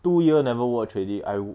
two year never watch already I